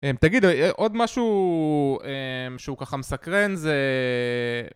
תגיד, עוד משהו שהוא ככה מסקרן זה...